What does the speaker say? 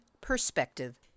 perspective